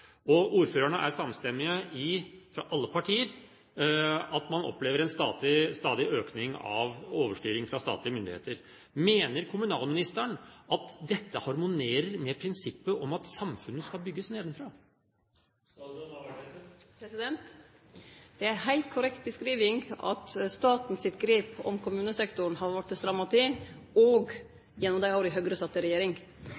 Ordførerne er samstemmige om, fra alle partier, at man opplever en stadig økning av overstyring fra statlige myndigheter. Mener kommunalministeren at dette harmonerer med prinsippet om at samfunnet skal bygges nedenfra? Det er ei heilt korrekt beskriving at statens grep om kommunesektoren har vorte stramma til,